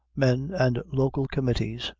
men, and local committees,